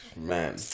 Man